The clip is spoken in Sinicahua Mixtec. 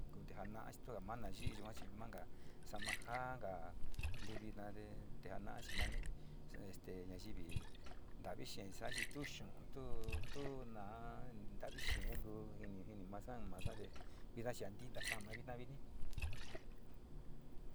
Konte ja anda chituka mana yi'ii yua chi, manga sa'ama ja nga ntu vinu te ana'a chi mani este nayi vi ntavi xee saa chi tu xu'un tu, tu naa ntavi xee nku jini, jini, masa, masa, vino chi anti, nta saama ma vitna vi ni.